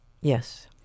Yes